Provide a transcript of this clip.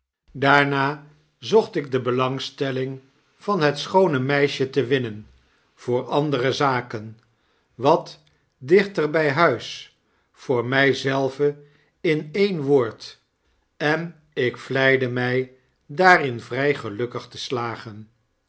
daarna zocht ik de belangstelling van het schoone meisje te winnen voor andere zaken wat dichter by huis voor my zelven in een woord en ik vleide my daarin vry gelukkig te slagen